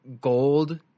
gold